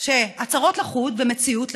שהצהרות לחוד ומציאות לחוד,